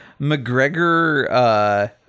McGregor